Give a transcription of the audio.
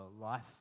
life